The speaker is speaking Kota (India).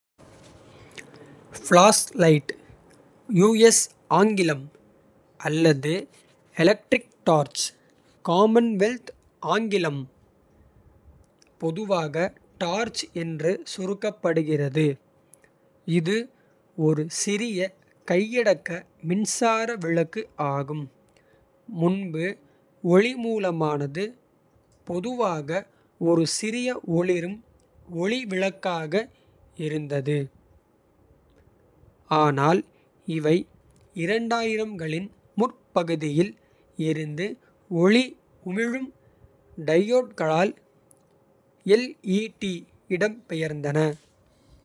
Flash light US ஆங்கிலம் அல்லது electric. Torch Commonwealth ஆங்கிலம் பொதுவாக டார்ச். என்று சுருக்கப்படுகிறது இது ஒரு சிறிய கையடக்க. மின்சார விளக்கு ஆகும் முன்பு ஒளி மூலமானது. பொதுவாக ஒரு சிறிய ஒளிரும் ஒளி விளக்காக இருந்தது. ஆனால் இவை 2000 களின் முற்பகுதியில் இருந்து ஒளி. உமிழும் டையோட்களால் எல்இடி இடம்பெயர்ந்தன.